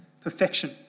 perfection